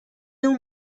اون